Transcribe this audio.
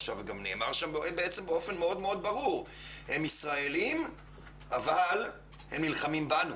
וגם נאמר בסרטון באופן מאוד ברור שהם אומנם ישראלים אבל הם נלחמים בנו.